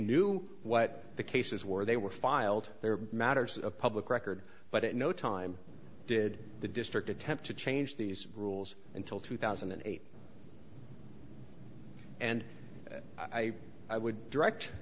knew what the cases where they were filed their matters of public record but at no time did the district attempt to change these rules until two thousand and eight and i i would direct